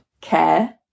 care